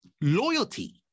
loyalty